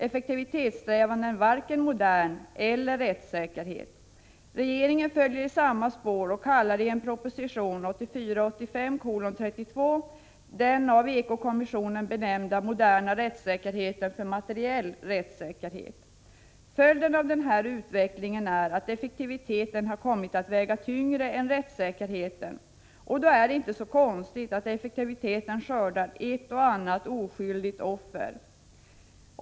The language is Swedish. Effektivitetssträvan är varken ”modern” eller ”rättssäkerhet”. Rege ringen följer i samma spår och kallar i en proposition, 1984/85:32, den av ekokommissionen benämnda moderna rättssäkerheten för ”materiell rättssäkerhet”. Följden av denna utveckling är att effektiviteten kommit att väga tyngre än rättssäkerheten, och då är det inte så konstigt att effektiviteten skördar ett och annat oskyldigt offer.